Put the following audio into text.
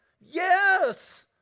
Yes